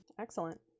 Excellent